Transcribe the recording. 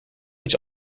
iets